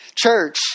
Church